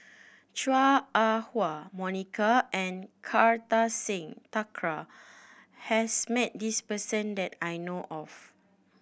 Chua Ah Huwa Monica and Kartar Singh Thakral has met this person that I know of